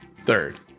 Third